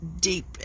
deep